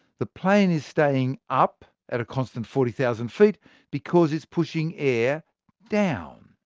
the plane is staying up at a constant forty thousand feet, because it's pushing air down.